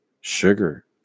Sugar